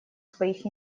своих